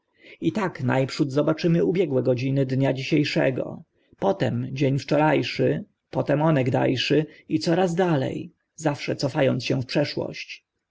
i tak na przód zobaczymy ubiegłe godziny dnia dzisie szego potem dzień wczora szy potem onegda szy i coraz dale zawsze cofa ąc się w przeszłość